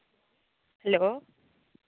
hello